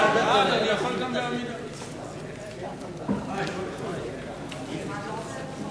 ההצעה להעביר את הצעת חוק סדר הדין הפלילי (סמכויות אכיפה,